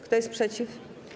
Kto jest przeciw?